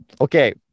Okay